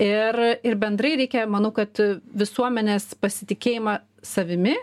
ir ir bendrai reikia manau kad visuomenės pasitikėjimą savimi